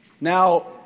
Now